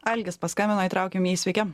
algis paskambino įtraukiam jį sveiki